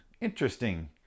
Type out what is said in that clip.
Interesting